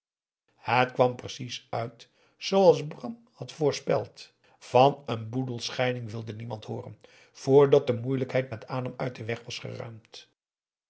het kwam precies uit zooals bram het had voorspeld van een boedelscheiding wilde niemand hooren vrdat de moeilijkheid met adam uit den weg was